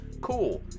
Cool